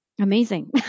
amazing